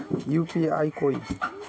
UPI कोई